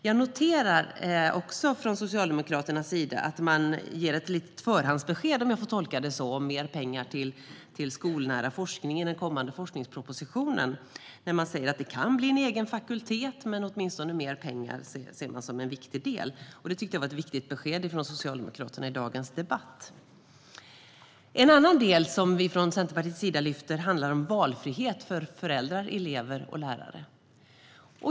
Jag noterar från Socialdemokraternas sida att man ger ett nytt förhandsbesked, om jag får tolka det så, om mer pengar till skolnära forskning i den kommande forskningspropositionen och säger att det kan bli en egen fakultet men att man åtminstone ser mer pengar som en viktig del. Det tyckte jag var ett viktigt besked från Socialdemokraterna i dagens debatt. En annan del som vi från Centerpartiets sida lyfter upp handlar om valfrihet för föräldrar, elever och lärare.